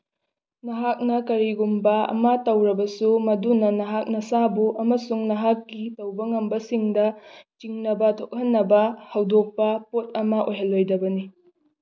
ꯅꯍꯥꯛꯅ ꯀꯔꯤꯒꯨꯝꯕ ꯑꯃ ꯇꯧꯔꯕꯁꯨ ꯃꯗꯨꯅ ꯅꯍꯥꯛ ꯅꯁꯥꯕꯨ ꯑꯃꯁꯨꯡ ꯅꯍꯥꯛꯀꯤ ꯇꯧꯕ ꯉꯝꯕꯁꯤꯡꯗ ꯆꯤꯡꯅꯕ ꯊꯣꯛꯍꯟꯅꯕ ꯍꯧꯗꯣꯛꯄ ꯄꯣꯠ ꯑꯃ ꯑꯣꯏꯍꯜꯂꯣꯏꯗꯕꯅꯤ